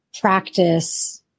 practice